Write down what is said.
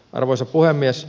arvoisa puhemies